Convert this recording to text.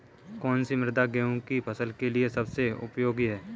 कौन सी मृदा गेहूँ की फसल के लिए सबसे उपयोगी है?